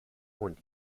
und